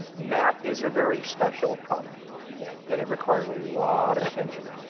matte is a very special product yeah and it requires a lot of attention.